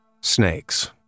Snakes